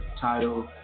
title